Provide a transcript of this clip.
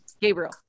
Gabriel